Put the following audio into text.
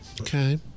Okay